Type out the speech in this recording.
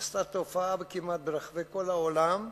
התפשטה תופעה כמעט ברחבי כל העולם,